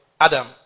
Adam